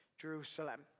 Jerusalem